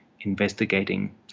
investigating